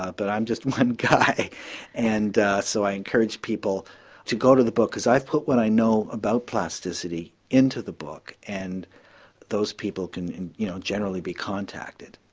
ah but i'm just one guy and so i encourage people to go to the book as i've put what i know about plasticity into the book, and those people can you know generally be contacted.